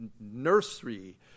nursery